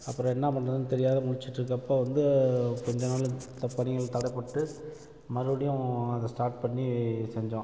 அப்பறம் என்ன பண்றதுன்னு தெரியாத முழிச்சிட்டிருக்கப்போ வந்து கொஞ்சம் நாள் இந்த பணிகள் தடைப்பட்டு மறுபடியும் அதை ஸ்டார்ட் பண்ணி செஞ்சோம்